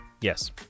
Yes